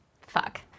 fuck